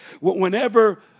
Whenever